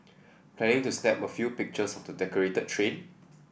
planning to snap a few pictures of the decorated train